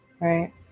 right